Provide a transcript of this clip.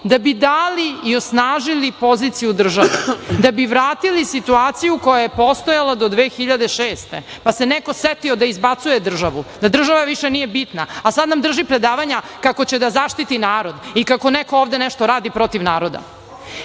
da bi dali i osnažili poziciju države, da bi vratili situaciju koja je postojala do 2006. godine, pa se neko setio da izbacuje državu, da država više nije bitna, a sad nam drži predavanja kako će da zaštiti narod i kako neko ovde nešto radi protiv naroda. Pričamo